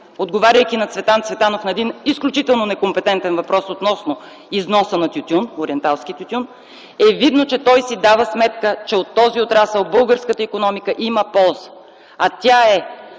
отговаряйки на Цветан Цветанов, на един изключително некомпетентен въпрос относно износа на ориенталски тютюн е видно, че той си дава сметка, че от този отрасъл българската икономика има полза. А тя е: